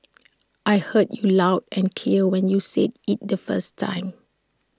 I heard you loud and clear when you said IT the first time